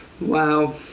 Wow